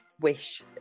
wish